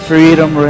Freedom